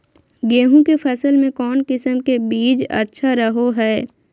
गेहूँ के फसल में कौन किसम के बीज अच्छा रहो हय?